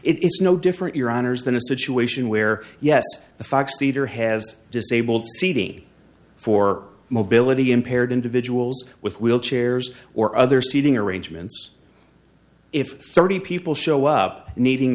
it's no different your honour's than a situation where yes the fox theatre has disabled cd for mobility impaired individuals with wheelchairs or other seating arrangements if thirty people show up needing